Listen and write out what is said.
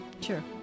Sure